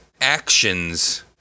actions